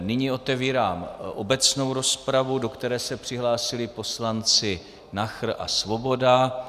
Nyní otevírám obecnou rozpravu, do které se přihlásili poslanci Nachr a Svoboda.